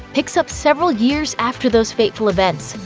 picks up several years after those fateful events.